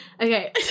Okay